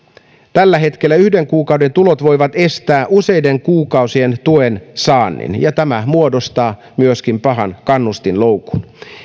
tällä hetkellä yhden kuukauden tulot voivat estää useiden kuukausien tuen saannin ja tämä muodostaa myöskin pahan kannustinloukun